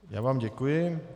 Já vám děkuji.